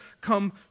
come